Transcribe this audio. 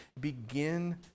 begin